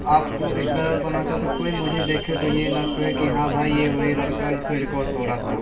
आप को इस तरह बनना चाहता हूँ कि कोई मुझे देखे तो ये न कहे कि हाँ भाई ये वही लड़का है जिसने रिकॉर्ड थोड़ा था